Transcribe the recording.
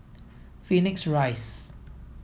Phoenix Rise